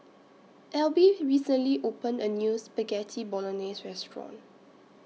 Elby recently opened A New Spaghetti Bolognese Restaurant